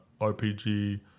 RPG